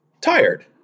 tired